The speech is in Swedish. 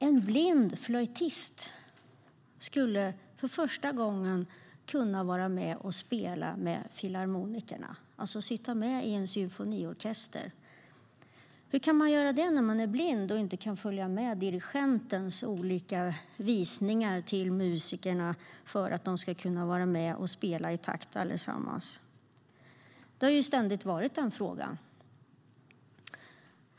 En blind flöjtist skulle för första gången vara med och spela med Filharmonikerna, det vill säga sitta med i en symfoniorkester. Hur kan man göra det när man är blind och inte kan följa med dirigentens olika sätt att visa för musikerna hur de ska spela i takt? Det har ständigt varit frågan.